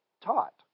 taught